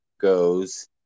goes